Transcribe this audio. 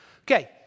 Okay